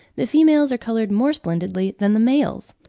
the females are coloured more splendidly than the males.